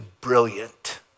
brilliant